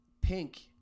Pink